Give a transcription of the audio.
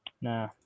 Nah